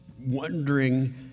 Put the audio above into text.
wondering